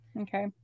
Okay